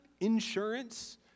insurance